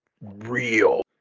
real